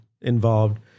involved